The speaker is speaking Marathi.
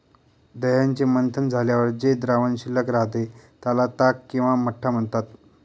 दह्याचे मंथन झाल्यावर जे द्रावण शिल्लक राहते, त्याला ताक किंवा मठ्ठा म्हणतात